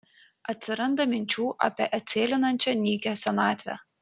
atsiranda minčių apie atsėlinančią nykią senatvę